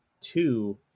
two –